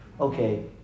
Okay